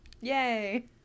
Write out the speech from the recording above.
Yay